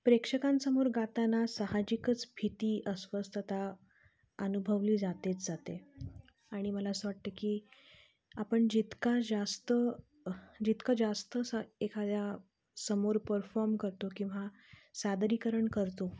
प्रेक्षकांसमोर गाताना साहजिकच भीती अस्वस्थता अनुभवली जातेच जाते आणि मला असं वाटतं की आपण जितका जास्त जितकं जास्त स एखाद्या समोर परफॉर्म करतो किंवा सादरीकरण करतो